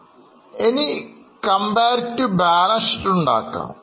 Comparative Balance sheet ഉണ്ടാക്കാം